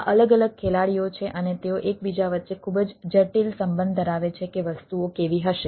આ અલગ અલગ ખેલાડીઓ છે અને તેઓ એકબીજા વચ્ચે ખૂબ જ જટિલ સંબંધ ધરાવે છે કે વસ્તુઓ કેવી હશે